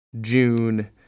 June